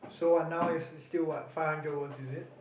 so what now is is still what five hundred words is it